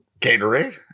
Gatorade